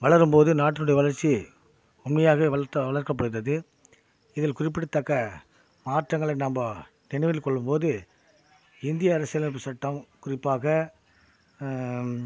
வளரும் போது நாட்டினுடைய வளர்ச்சி உண்மையாகவே வளர்த் வளர்க்கப்படுகிறது இதில் குறிப்பிடத்தக்க மாற்றங்களை நம்ம நினைவில் கொள்ளும்போது இந்திய அரசியல் அமைப்பு சட்டம் குறிப்பாக